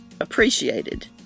appreciated